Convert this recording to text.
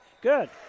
Good